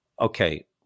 okay